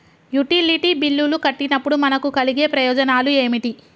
Utility బిల్లులు కట్టినప్పుడు మనకు కలిగే ప్రయోజనాలు ఏమిటి?